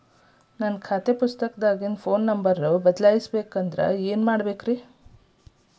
ನನ್ನ ಖಾತೆ ಪುಸ್ತಕದಾಗಿನ ಫೋನ್ ನಂಬರ್ ಬದಲಾಯಿಸ ಬೇಕಂದ್ರ ಏನ್ ಮಾಡ ಬೇಕ್ರಿ?